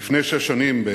לפני שש שנים,